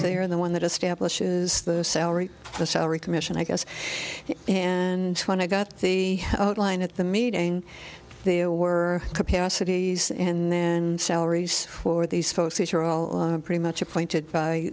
they are the one that establishes the salary the salary commission i guess and when i got the outline at the meeting they were capacities and then salaries for these folks are all pretty much appointed by